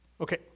Okay